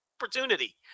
opportunity